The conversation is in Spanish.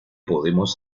podemos